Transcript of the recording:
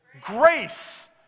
grace